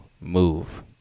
move